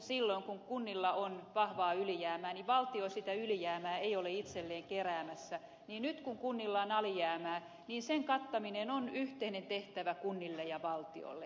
silloin kun kunnilla on vahvaa ylijäämää valtio sitä ylijäämää ei ole itselleen keräämässä ja samalla tavalla nyt kun kunnilla on alijäämää sen kattaminen on yhteinen tehtävä kunnille ja valtiolle